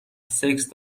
سکس